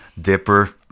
Dipper